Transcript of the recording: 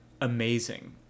amazing